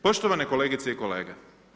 Poštovane kolegice i kolege.